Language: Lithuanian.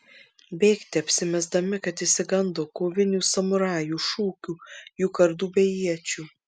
bėgti apsimesdami kad išsigando kovinių samurajų šūkių jų kardų bei iečių